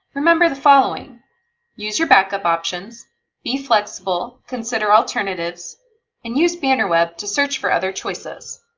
remember the following use your back up options be flexible, consider alternatives and use bannerweb to search for other choices